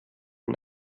den